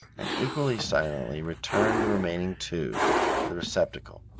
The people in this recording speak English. and equally silently returned the remaining two to the receptacle.